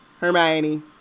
Hermione